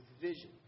vision